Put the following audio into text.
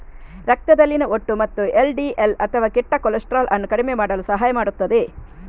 ರಕ್ತದಲ್ಲಿನ ಒಟ್ಟು ಮತ್ತು ಎಲ್.ಡಿ.ಎಲ್ ಅಥವಾ ಕೆಟ್ಟ ಕೊಲೆಸ್ಟ್ರಾಲ್ ಅನ್ನು ಕಡಿಮೆ ಮಾಡಲು ಸಹಾಯ ಮಾಡುತ್ತದೆ